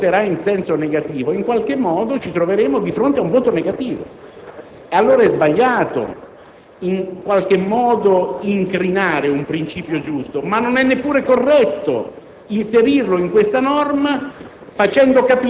voterà in senso negativo, in qualche modo ci troveremo di fronte ad un voto negativo. Allora, è sbagliato incrinare un principio giusto, ma non è neppure corretto inserirlo in questa norma,